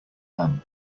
lamb